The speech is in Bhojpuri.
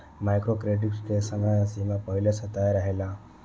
माइक्रो क्रेडिट के समय सीमा पहिले से तय रहेला